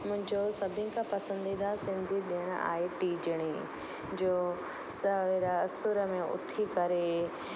मुंहिंजो सभिनि खां पसंदीदा सिंधी ॾिणु आहे टीजड़ी जो सर असुर में उथी करे